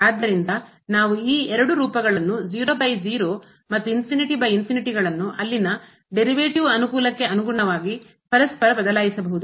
ಆದ್ದರಿಂದನಾವು ಈ ಎರಡು ರೂಪಗಳನ್ನು 00 ಮತ್ತು ಗಳನ್ನು ಅಲ್ಲಿನ derivative ಅನುಕೂಲಕ್ಕೆ ಅನುಗುಣವಾಗಿ ಪರಸ್ಪರ ಬದಲಾಯಿಸಬಹುದು